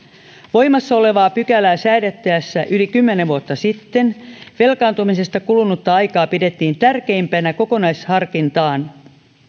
voimassa olevaa pykälää yli kymmenen vuotta sitten velkaantumisesta kulunutta aikaa tärkeimpänä kokonaisharkintaan